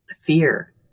fear